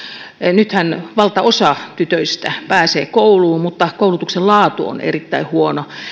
nythän valtaosa tytöistä pääsee kouluun mutta koulutuksen laatu on erittäin huono